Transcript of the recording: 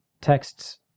texts